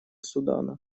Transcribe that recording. судана